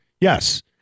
yes